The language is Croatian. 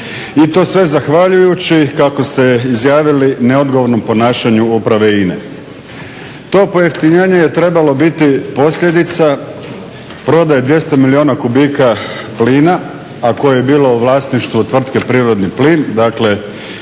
i to sve zahvaljujući kako ste izjavili neodgovornom ponašanju uprave INA-e. To pojeftinjenje je trebalo biti posljedica prodaje 200 milijuna kubika plina, a koje je bilo u vlasništvu Tvrtke Prirodni plin dakle